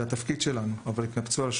זה התפקיד שלנו, אבל זה קרה.